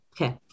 Okay